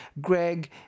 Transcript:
Greg